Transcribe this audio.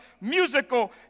musical